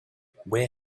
where